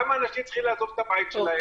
למה אנשים צריכים לעזוב את הבית שלהם?